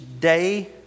day